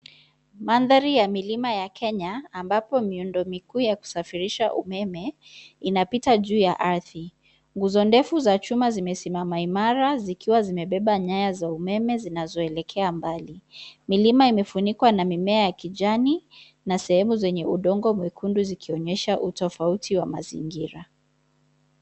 Mandhari ya milima ya Kenya ambapo miondo mikuu ya kusafirisha umeme inapita juu ya ardhi. Nguzo ndefu za chuma zimesimama imara zikiwa zimebeba nyaya za umeme zinazoelekea mbali. Milima imefunikwa na mimea ya kijani na sehemu zenye udongo mwekundu zikionyesha utofauti wa mazingira.